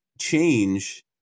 change